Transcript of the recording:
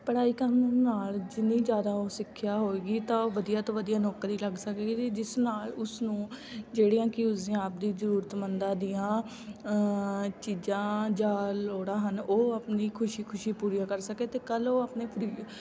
ਪੜ੍ਹਾਈ ਕਰਨ ਨਾਲ ਜਿੰਨੀ ਜ਼ਿਆਦਾ ਸਿੱਖਿਆ ਹੋਏਗੀ ਤਾਂ ਵਧੀਆ ਤੋਂ ਵਧੀਆ ਨੌਕਰੀ ਲੱਗ ਸਕੇਗੀ ਅਤੇ ਜਿਸ ਨਾਲ ਉਸਨੂੰ ਜਿਹੜੀਆਂ ਕਿ ਉਸਦੀ ਆਪਦੀ ਜ਼ਰੂਰਤਮੰਦਾਂ ਦੀਆਂ ਚੀਜਾਂ ਜਾਂ ਲੋੜਾਂ ਹਨ ਉਹ ਆਪਣੀ ਖੁਸ਼ੀ ਖੁਸ਼ੀ ਪੂਰੀਆਂ ਕਰ ਸਕੇ ਅਤੇ ਕੱਲ੍ਹ ਉਹ ਆਪਣੇ